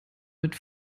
mit